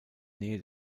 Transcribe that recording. nähe